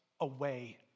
away